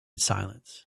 silence